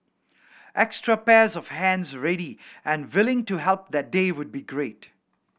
extra pairs of hands ready and willing to help that day would be great